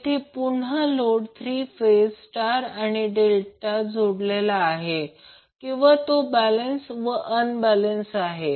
येथे पुन्हा load 3 phase star किंवा डेल्टा जोडलेला आहे किंवा तो बॅलेन्स व अनबॅलेन्स आहे